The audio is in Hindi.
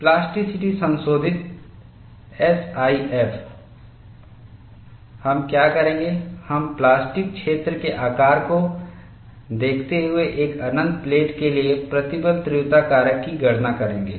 प्लास्टिसिटी संशोधित एस आई एफ हम क्या करेंगे हम प्लास्टिक क्षेत्र के आकार को देखते हुए एक अनंत प्लेट के लिए प्रतिबल तीव्रता कारक की गणना करेंगे